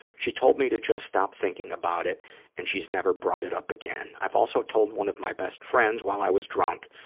she told me to just stop thinking about it and she's never brought it up again. i've also told one of my best friends while i was drunk.